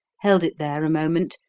held it there a moment,